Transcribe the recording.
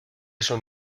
son